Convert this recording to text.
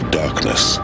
darkness